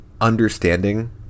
understanding